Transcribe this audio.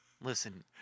Listen